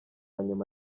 nyuma